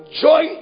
joy